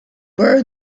were